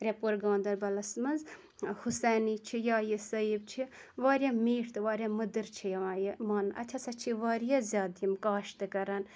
رٔپور گاندَربَلَس منٛز حُسینی چھِ یا یہِ سیٚیب چھِ واریاہ میٖٹھۍ تہٕ واریاہ مٔدِرۍ چھِ یِوان یہِ ماننہٕ اَتہِ ہَسا چھِ واریاہ زیادٕ یِم کاشت کَران